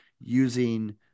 using